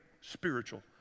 spiritual